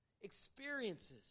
experiences